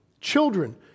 children